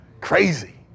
Crazy